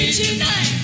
tonight